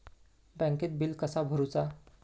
बँकेत बिल कसा भरुचा?